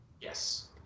Yes